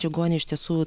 čigonė iš tiesų